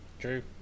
True